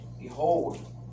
Behold